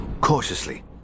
Cautiously